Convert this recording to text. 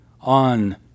on